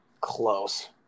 close